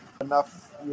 enough